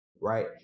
right